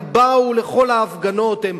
הם באו לכל ההפגנות,